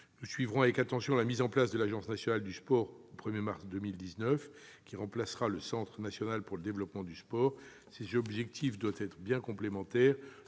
Nous suivrons avec attention la mise en place de l'agence nationale du sport au 1 mars 2019. Cette structure remplacera le Centre national pour le développement du sport. Ces objectifs doivent bien être complémentaires